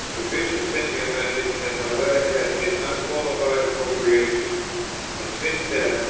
the bishop sent me a message that my letter had his unqualified approbation and since that,